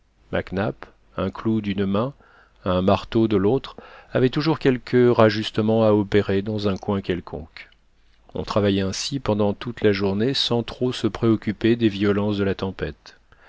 nap un clou d'une main un marteau de l'autre avait toujours quelque rajustement à opérer dans un coin quelconque on travaillait ainsi pendant toute la journée sans trop se préoccuper des violences de la tempête